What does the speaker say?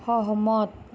সহমত